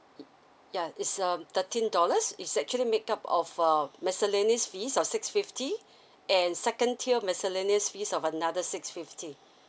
mm yeah it's um thirteen dollars it's actually make up of um miscellaneous fees of six fifty and second tier miscellaneous fees of another six fifty